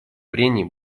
прений